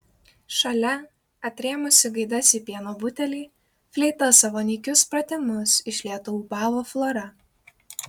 šalia atrėmusi gaidas į pieno butelį fleita savo nykius pratimus iš lėto ūbavo flora